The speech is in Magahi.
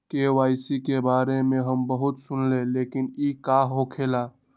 के.वाई.सी के बारे में हम बहुत सुनीले लेकिन इ का होखेला?